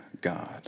God